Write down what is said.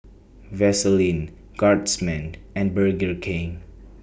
Vaseline Guardsman and Burger King